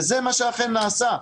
וזה מה שאכן נעשה.